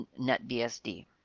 netbsd